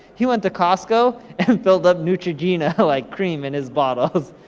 he went to costco and and filled up neutrogena like cream in his bottles,